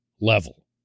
level